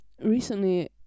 recently